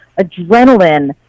adrenaline